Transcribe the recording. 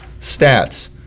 stats